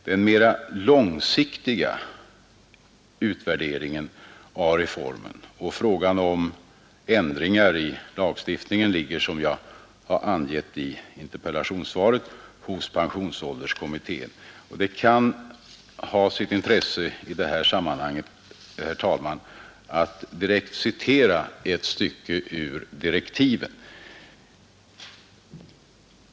Den mera långsiktiga utvärderingen av reformen och frågan om ändringar i lagstiftningen ligger, som jag har angett i interpellationssvaret, hos pensionsålderskommittén. Och det kan ha sitt intresse i det här sammanhanget, herr talman, att direkt citera ett stycke ur direktiven.